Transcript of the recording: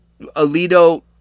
Alito